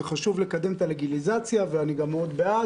חשוב לקדם את הלגליזציה ואני גם מאוד בעד